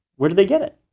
where do they get it?